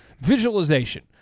visualization